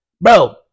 bro